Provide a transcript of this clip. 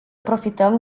profităm